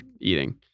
eating